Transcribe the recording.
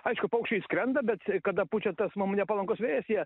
aišku paukščiai skrenda bet kada pučia tas mum nepalankus vėjas jie